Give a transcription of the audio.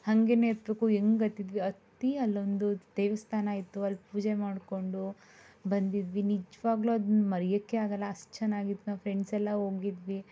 ಹಾಗೆನೇ ಹತ್ಬೇಕು ಹೆಂಗ್ ಹತ್ತಿದ್ವಿ ಹತ್ತಿ ಅಲ್ಲೊಂದು ದೇವಸ್ಥಾನ ಇತ್ತು ಅಲ್ಲಿ ಪೂಜೆ ಮಾಡಿಕೊಂಡು ಬಂದಿದ್ವಿ ನಿಜವಾಗ್ಲು ಅದ್ನ ಮರೆಯೋಕ್ಕೆ ಆಗೋಲ್ಲ ಅಷ್ಟು ಚನ್ನಾಗಿತ್ತು ನಾವು ಫ್ರೆಂಡ್ಸೆಲ್ಲ ಹೋಗಿದ್ವಿ